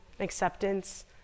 acceptance